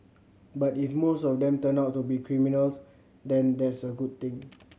but if most of them turn out to be criminals then that's a good thing